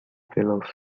fellows